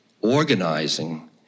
organizing